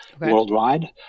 worldwide